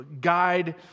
guide